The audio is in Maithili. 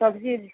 सब्जी